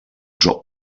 drop